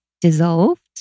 dissolved